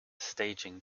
staging